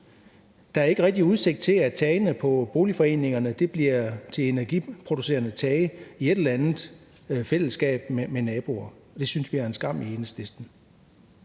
Der er ikke rigtig udsigt til, at tagene på boligforeningerne bliver til energiproducerende tage i et eller andet fællesskab med naboer. Det synes vi i Enhedslisten